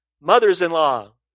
mothers-in-law